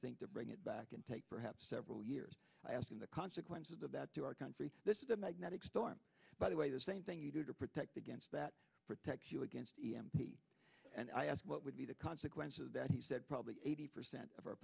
think to bring it back and take perhaps several years i ask in the consequences of that to our country this is a magnetic storm by the way the same thing you do to protect against that protects you against e m p and i asked what would be the consequences of that he said probably eighty percent of our